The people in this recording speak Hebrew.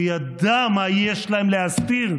הוא ידע מה יש להם להסתיר.